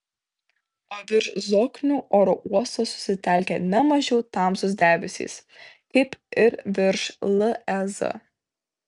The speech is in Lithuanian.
o virš zoknių oro uosto susitelkė ne mažiau tamsūs debesys kaip ir virš lez